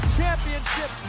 championship